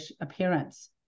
appearance